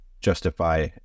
justify